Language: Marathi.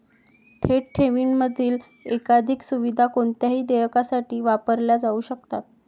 थेट ठेवींमधील एकाधिक सुविधा कोणत्याही देयकासाठी वापरल्या जाऊ शकतात